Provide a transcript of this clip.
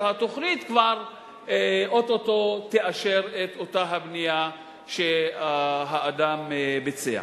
התוכנית כבר או-טו-טו תאשר את אותה הבנייה שהאדם ביצע.